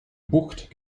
bucht